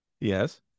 yes